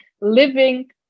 living